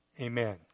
Amen